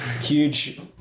Huge